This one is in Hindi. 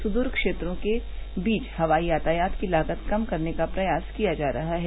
सुदूर क्षेत्रों के बीच हवाई यातायात की लागत कम करने का प्रयास किया जा रहा है